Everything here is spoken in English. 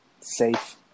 safe